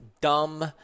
dumb